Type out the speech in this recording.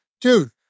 dude